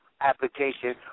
application